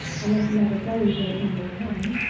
unless you have a very great number of hands,